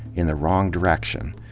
in the wrong direction.